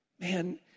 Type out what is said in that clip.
Man